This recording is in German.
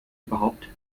überhaupt